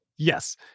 Yes